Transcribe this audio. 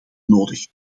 nodig